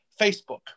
Facebook